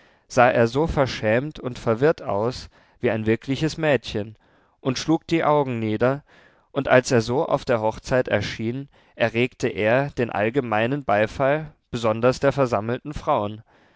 sah er so verschämt und verwirrt aus wie ein wirkliches mädchen und schlug die augen nieder und als er so auf der hochzeit erschien erregte er den allgemeinen beifall besonders der versammelten frauen